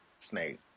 Snake